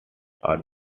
tour